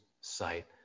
sight